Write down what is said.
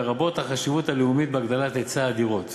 לרבות החשיבות הלאומית בהגדלת היצע הדירות.